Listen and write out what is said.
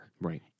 Right